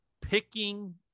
picking